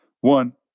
one